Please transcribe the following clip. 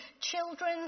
children